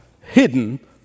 hidden